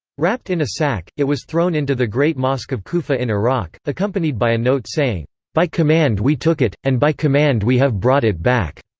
wrapped in a sack, it was thrown into the great mosque of kufa in iraq, accompanied by a note saying by command we took it, and by command we have brought it back.